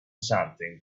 something